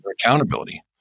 accountability